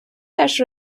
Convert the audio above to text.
теж